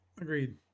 Agreed